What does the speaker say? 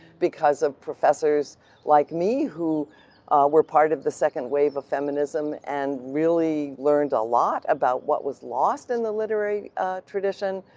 because of professors like me who were part of the second wave of feminism and really learned a lot about what was lost in the literary tradition,